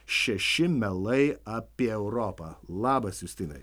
šeši melai apie europą labas justinai